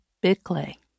Bickley